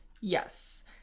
Yes